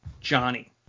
Johnny